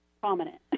prominent